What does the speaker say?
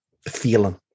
feeling